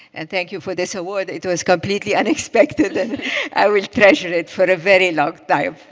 and thank you for this award. it was completely unexpected and i will treasure it for a very long time.